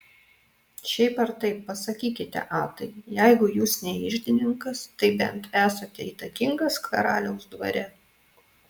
šiaip ar taip pasakykite atai jeigu jūs ne iždininkas tai bent esate įtakingas karaliaus dvare